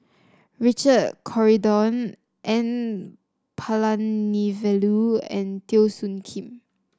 Richard Corridon N Palanivelu and Teo Soon Kim